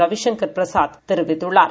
ரவிசங்கர்பிரசாத்தெரிவித்துள்ளார்